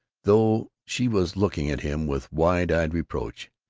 though she was looking at him with wide-eyed reproach,